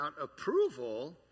approval